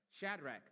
Shadrach